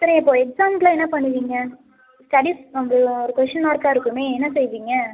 சரி இப்போ எக்ஸாம்க்கெலாம் என்ன பண்ணுவீங்க ஸ்டடீஸ் வந்து ஒரு கொஷ்ஷின் மார்க்காக இருக்குமே என்ன செய்வீங்க